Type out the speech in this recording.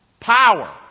Power